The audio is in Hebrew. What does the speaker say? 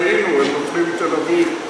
טעינו, הם נופלים על תל-אביב.